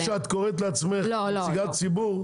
זה שאת קוראת לעצמך נציגת ציבור,